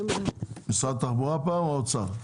משרד התחבורה או משרד האוצר?